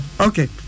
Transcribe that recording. Okay